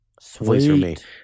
sweet